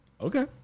Okay